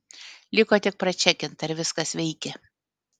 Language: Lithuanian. liko tik pračekint ar viskas veikia